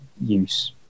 use